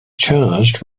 charged